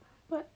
but